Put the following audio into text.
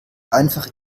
einfach